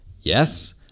yes